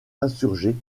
insurgés